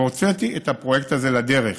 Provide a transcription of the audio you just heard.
והוצאתי את הפרויקט הזה לדרך,